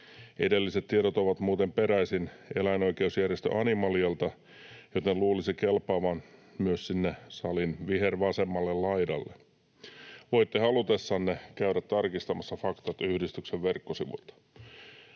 Edelliset tiedot ovat muuten peräisin eläinoikeusjärjestö Animalialta, joten luulisi kelpaavan myös sinne salin vihervasemmalle laidalle. Voitte halutessanne käydä tarkistamassa faktat yhdistyksen verkkosivuilta.